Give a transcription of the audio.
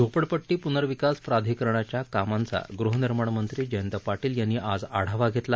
झोपडपट्टी प्नर्विकास प्राधिकरणाच्या कामांचा गुहनिर्माण मंत्री जयंत पाटील यांनी आज आढावा घेतला